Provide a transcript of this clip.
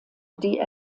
die